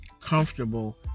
comfortable